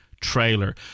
trailer